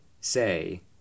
say